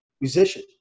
musician